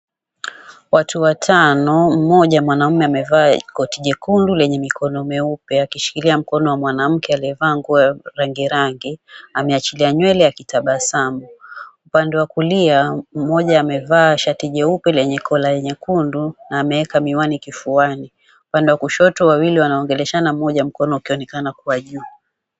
Watu watano: mmoja mwanaume amevaa koti jekundu lenye mikono meupe, akishikilia mkono wa mwanamke aliyevaa nguo ya rangi rangi, ameachilia nywele, akitabasamu. Upande wa kulia, mmoja amevaa shati jeupe lenye kola nyekundu na ameeka miwani kifuani. Upande wa kushoto, wawili wanaongeleshana, mmoja mkono ukionekana kuwa juu.